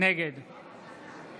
נגד